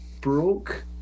broke